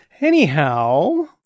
Anyhow